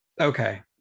Okay